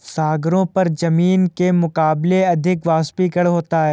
सागरों पर जमीन के मुकाबले अधिक वाष्पीकरण होता है